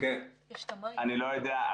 אני לא יודע.